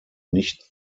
nicht